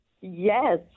Yes